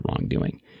wrongdoing